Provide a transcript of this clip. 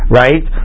right